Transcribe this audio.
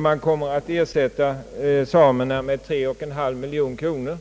man kommer att ersätta samerna med 3,5 miljoner kronor.